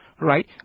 right